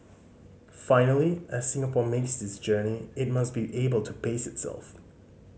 finally as Singapore makes this journey it must be able to pace itself